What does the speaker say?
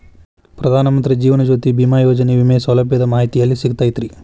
ಪ್ರಧಾನ ಮಂತ್ರಿ ಜೇವನ ಜ್ಯೋತಿ ಭೇಮಾಯೋಜನೆ ವಿಮೆ ಸೌಲಭ್ಯದ ಮಾಹಿತಿ ಎಲ್ಲಿ ಸಿಗತೈತ್ರಿ?